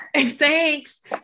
Thanks